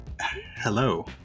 Hello